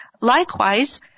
Likewise